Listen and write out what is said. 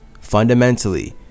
fundamentally